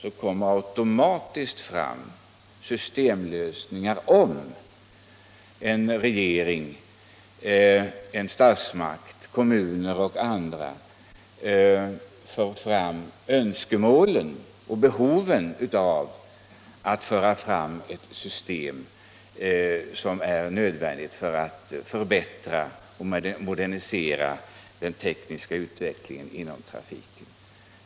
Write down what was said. Om en regering eller en annan statsmakt, en kommun eller någon annan för fram önskemål om ett system som är nödvändigt för att förbättra och modernisera den tekniska nivån inom trafiken menar jag att därigenom delvis automatiskt kommer fram systemlösningar.